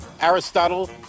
Aristotle